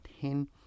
ten